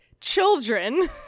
children